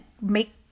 make